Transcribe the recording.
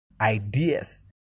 Ideas